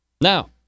Now